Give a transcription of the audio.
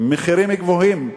מחירים גבוהים,